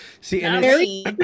See